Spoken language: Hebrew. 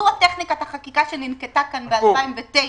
זו טכניקת החקיקה שננקטה כאן ב-2009